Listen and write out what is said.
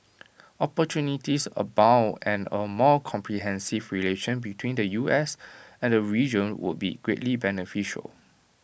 opportunities abound and A more comprehensive relation between the U S and the region would be greatly beneficial